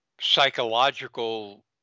psychological